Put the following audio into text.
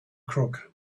crook